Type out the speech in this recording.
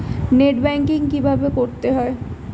Net banking কীভাবে করতে হয়?